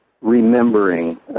remembering